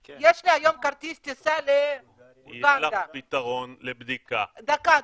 לי היום כרטיס טיסה לרואנדה -- יהיה לך פתרון לבדיקה.